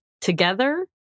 together